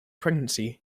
pregnancy